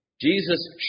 Jesus